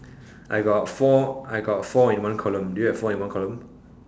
I got four I got four in one column do you have four in one column